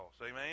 Amen